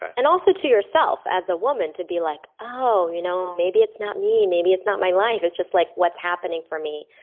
and also to yourself as a woman to be like, oh, you know maybe it's not me. maybe it's not my life it's just like what's happening for me.